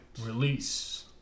Release